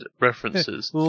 references